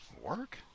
work